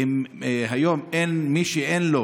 היום מי שאין לו